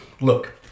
look